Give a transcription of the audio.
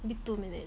maybe two minutes